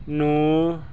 ਨੂੰ